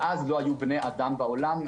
ואז לא היו בני אדם בעולם,